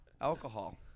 alcohol